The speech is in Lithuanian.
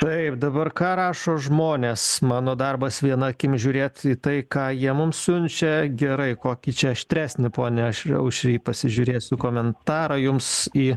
taip dabar ką rašo žmonės mano darbas viena akim žiūrėt į tai ką jie mums siunčia gerai kokį čia aštresnį pone aš aušry pasižiūrėsiu komentarą jums į